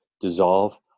dissolve